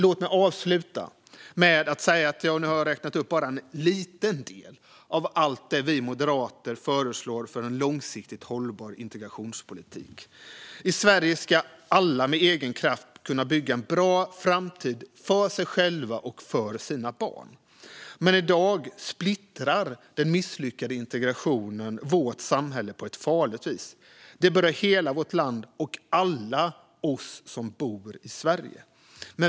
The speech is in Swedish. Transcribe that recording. Låt mig avsluta med att säga att jag nu har räknat upp bara en liten del av allt det som vi moderater föreslår för en långsiktigt hållbar integrationspolitik. I Sverige ska alla av egen kraft kunna bygga en bra framtid för sig själva och sina barn. Men i dag splittrar den misslyckade integrationen vårt samhälle på ett farligt vis. Det berör hela vårt land och alla oss som bor här i Sverige.